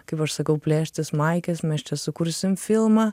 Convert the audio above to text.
kaip aš sakau plėštis maikes mes čia sukursim filmą